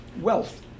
wealth